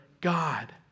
God